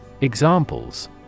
Examples